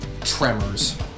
Tremors